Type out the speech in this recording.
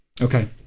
Okay